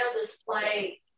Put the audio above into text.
display